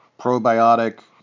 probiotic